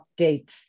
updates